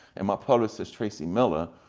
and my publicist tracy miller,